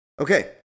Okay